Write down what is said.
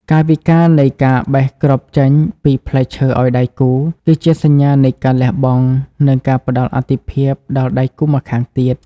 កាយវិការនៃការបេះគ្រាប់ចេញពីផ្លែឈើឱ្យដៃគូ គឺជាសញ្ញានៃការលះបង់ និងការផ្ដល់អាទិភាពដល់ដៃគូម្ខាងទៀត។